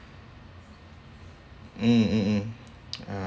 mm mm mm uh